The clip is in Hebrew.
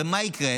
מה יקרה?